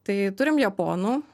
tai turim japonų